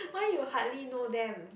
why you hardly know them